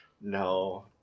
No